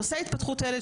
הנושא של התפתחות הילד,